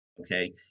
Okay